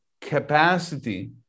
capacity